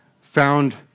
found